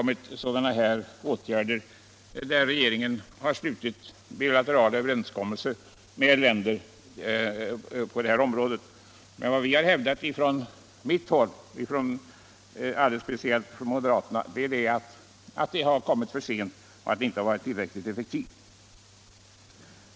Men det har förekommit att regeringen gjort bilaterala överenskommelser med länder på det här området. Vad vi från moderata samlingspartiet alldeles speciellt hävdat är att åtgärderna kommit för sent och inte varit tillräckligt effektiva.